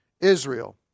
Israel